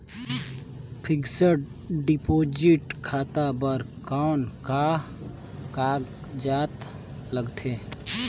Fixed deposit खाता बर कौन का कागजात लगथे?